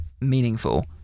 meaningful